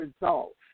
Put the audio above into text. results